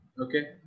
Okay